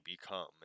become